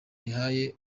yahaye